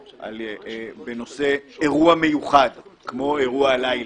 בנושא אירוע מיוחד כמו אירוע הלילה,